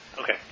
Okay